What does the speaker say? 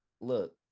look